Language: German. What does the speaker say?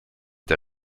der